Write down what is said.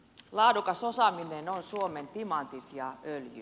laadukas osaaminen on suomen timantit ja öljy